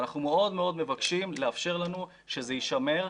ואנחנו מאוד מאוד מבקשים לאפשר לנו שזה יישמר.